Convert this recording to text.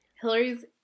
Hillary's